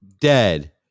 dead